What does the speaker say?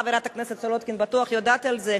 חברת הכנסת סולודקין בטוח יודעת על זה.